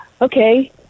okay